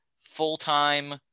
full-time